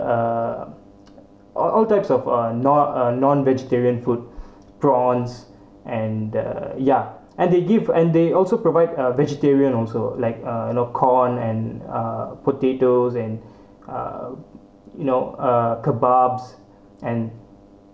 uh all all types of uh not a non vegetarian food prawns and the ya and they give and they also provide uh vegetarian also like uh you know corn and uh potatoes and uh you know uh kebabs and